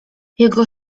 jego